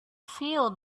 feel